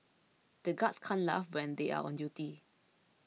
the guards can't laugh when they are on duty